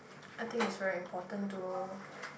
I think is very important to